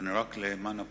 רק למען הפרוצדורה,